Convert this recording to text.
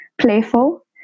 playful